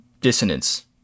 dissonance